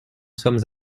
sommes